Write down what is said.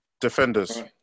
Defenders